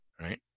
right